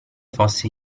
fosse